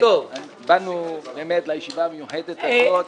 באנו לישיבה המיוחדת הזאת,